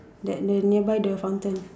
that the nearby the fountain